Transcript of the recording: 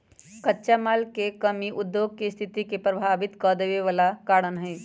कच्चा माल के कमी उद्योग के सस्थिति के प्रभावित कदेवे बला कारण हई